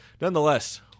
nonetheless